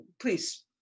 please